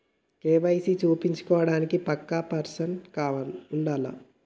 KYC చేపిచ్చుకోవడానికి పక్కా person ఉండాల్నా?